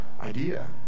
idea